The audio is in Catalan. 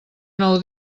nou